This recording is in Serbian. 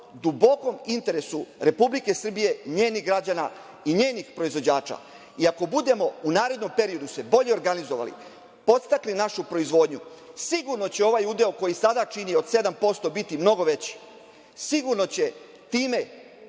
dubokom interesu Republike Srbije, njenih građana i njenih proizvođač. I ako se budemo u narednom periodu bolje organizovali, podstakli našu proizvodnju, sigurno će ovaj udeo koji sada čini, od 7% biti mnogo veći, sigurno će time